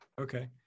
okay